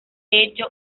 hecho